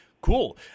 Cool